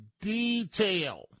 detail